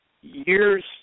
years